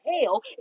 hell